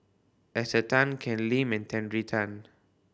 Esther Tan Ken Lim and Terry Tan